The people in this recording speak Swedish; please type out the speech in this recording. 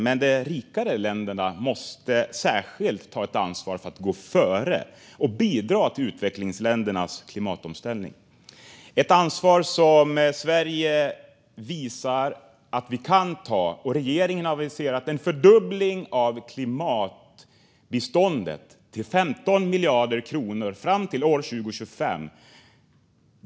Men de rikare länderna måste särskilt ta ett ansvar för att gå före och bidra till utvecklingsländernas klimatomställning. Det är ett ansvar som Sverige visar att vi kan ta. Regeringen har aviserat en fördubbling av klimatbiståndet till 15 miljarder kronor fram till år 2025.